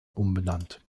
umbenannt